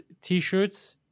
t-shirts